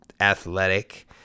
athletic